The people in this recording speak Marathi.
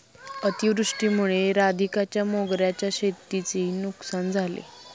अतिवृष्टीमुळे राधिकाच्या मोगऱ्याच्या शेतीची नुकसान झाले